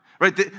right